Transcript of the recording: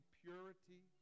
purity